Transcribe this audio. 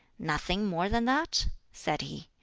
nothing more than that? said he.